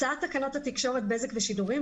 הצעת תקנות התקשורת (בזק ושידורים)